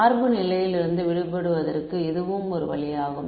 சார்பு நிலையிலிருந்து விடுபடுவதற்கு இதுவும் ஒரு வழியாகும்